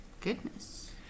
Goodness